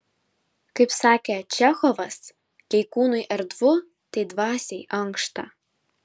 kaip sakė čechovas jei kūnui erdvu tai dvasiai ankšta